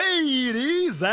Ladies